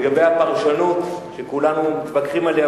לגבי הפרשנות שכולנו מתווכחים עליה,